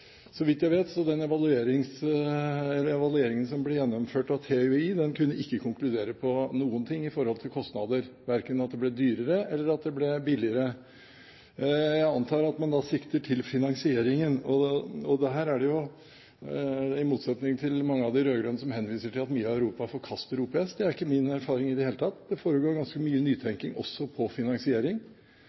Så vidt jeg vet, kunne ikke den evalueringen som ble gjennomført av TØI, konkludere på noen ting når det gjaldt kostnader, verken at det ble dyrere, eller at det ble billigere. Jeg antar at man da sikter til finansieringen, og i motsetning til mange av de rød-grønne som henviser til at mye av Europa forkaster OPS, er ikke det min erfaring i det hele tatt. Det foregår ganske mye nytenking også når det gjelder finansiering.